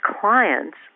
clients